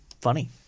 funny